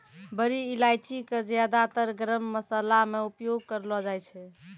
बड़ी इलायची कॅ ज्यादातर गरम मशाला मॅ उपयोग करलो जाय छै